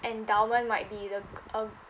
endowment might be the g~ uh